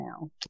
now